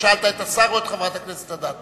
אתה שאלת את השר או את חברת הכנסת אדטו?